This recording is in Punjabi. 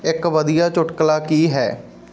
ਇੱਕ ਵਧੀਆ ਚੁਟਕਲਾ ਕੀ ਹੈ